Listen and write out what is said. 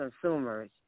consumers